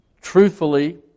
truthfully